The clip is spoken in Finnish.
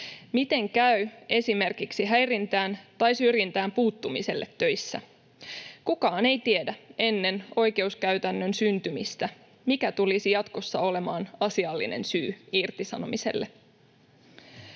Miten käy esimerkiksi häirintään tai syrjintään puuttumiselle töissä? Kukaan ei tiedä ennen oikeuskäytännön syntymistä, mikä tulisi jatkossa olemaan asiallinen syy irtisanomiselle.